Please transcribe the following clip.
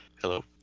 Hello